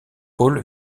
paul